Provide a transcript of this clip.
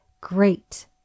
great